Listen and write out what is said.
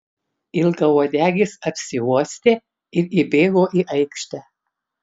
ilgauodegis apsiuostė ir įbėgo į aikštę